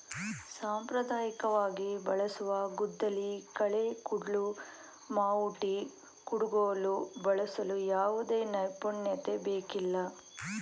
ಸಾಂಪ್ರದಾಯಿಕವಾಗಿ ಬಳಸುವ ಗುದ್ದಲಿ, ಕಳೆ ಕುಡ್ಲು, ಮಾವುಟಿ, ಕುಡುಗೋಲು ಬಳಸಲು ಯಾವುದೇ ನೈಪುಣ್ಯತೆ ಬೇಕಿಲ್ಲ